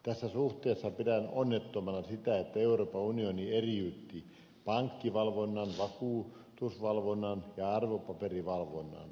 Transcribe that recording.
tässä suhteessa pidän onnettomana sitä että euroopan unioni eriytti pankkivalvonnan vakuutusvalvonnan ja arvopaperivalvonnan